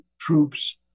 troops